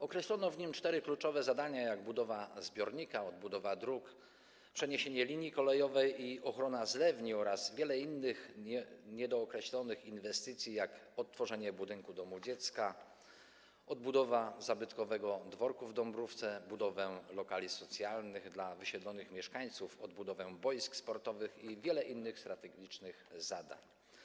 Określono w nim cztery kluczowe zadania, tj. budowę zbiornika, odbudowę dróg, przeniesienie linii kolejowej i ochronę zlewni, oraz wiele innych niedookreślonych inwestycji: odtworzenie budynku domu dziecka, odbudowę zabytkowego dworku w Dąbrówce, budowę lokali socjalnych dla wysiedlonych mieszkańców, odbudowę boisk sportowych i wiele innych strategicznych zadań.